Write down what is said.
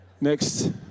next